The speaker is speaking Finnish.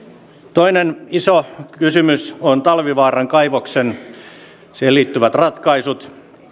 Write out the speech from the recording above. toinen iso kysymys on talvivaaran kaivokseen liittyvät ratkaisut